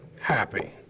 happy